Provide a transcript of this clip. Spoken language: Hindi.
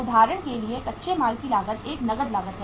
उदाहरण के लिए कच्चे माल की लागत एक नकद लागत है